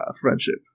friendship